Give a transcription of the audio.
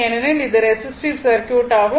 ஏனெனில் இது resistive circuit ஆகும்